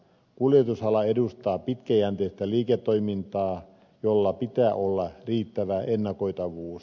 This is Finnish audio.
kuljetusala edustaa pitkäjänteistä liiketoimintaa jolla pitää olla riittävä ennakoitavuus